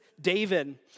David